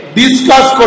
discuss